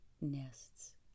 nests